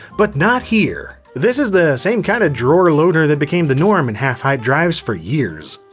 but not here, this is the same kinda drawer loader that became the norm in half-height drives for years.